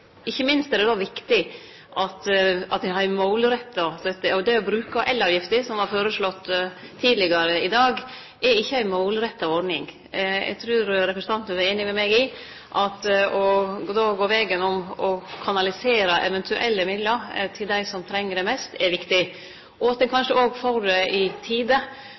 ikkje minst er det då viktig at me har ei målretta støtte. Det å bruke elavgifta, som er føreslått tidlegare i dag, er ikkje ei målretta ordning. Eg trur representanten er einig med meg i at å gå vegen om å kanalisere eventuelle midlar til dei som treng det mest, er viktig – og at ein kanskje òg får det i tide.